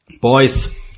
boys